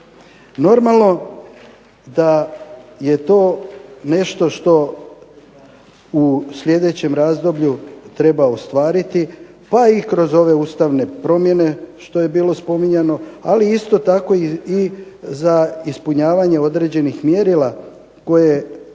Normalno da je to nešto što u sljedećem razdoblju treba ostvariti pa i kroz ove ustavne promjene što je bilo spominjano, ali isto tako i za ispunjavanje određenih mjerila koje